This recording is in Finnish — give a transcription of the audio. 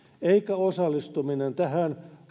eikä osallistuminen tähän